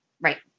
Right